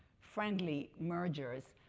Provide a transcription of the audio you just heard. friendly mergers.